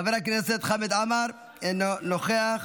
חבר הכנסת חמד עמאר, אינו נוכח.